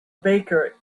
baker